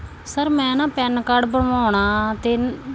sir ਮੈਂ ਨਾ PAN card ਬਣਵਾਉਣਾ ਅਤੇ